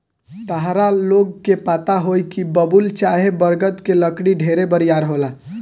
ताहरा लोग के पता होई की बबूल चाहे बरगद के लकड़ी ढेरे बरियार होला